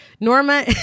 Norma